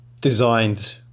designed